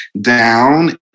down